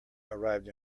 arrived